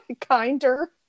kinder